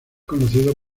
conocido